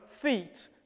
feet